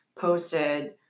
posted